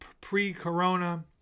pre-corona